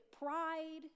pride